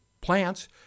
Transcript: plants